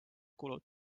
kuuluvad